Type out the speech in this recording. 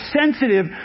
sensitive